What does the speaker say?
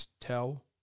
tell